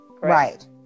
right